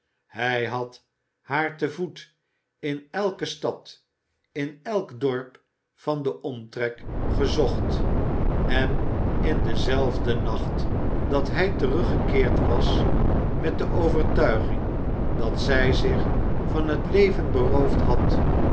hij had haar te voet in elke stad in elk dorp van den omtrek gezocht en in denzelfden nacht dat hij teruggekeerd was met de overtuiging dat zij zich van het leven beroofd had